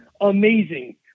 amazing